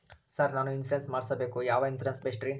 Sir ನಾನು insurance ಮಾಡಿಸಬೇಕು ಯಾವ ಇನ್ಶೂರೆನ್ಸ್ ಬೆಸ್ಟ್ರಿ?